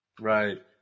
right